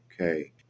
Okay